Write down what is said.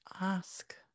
Ask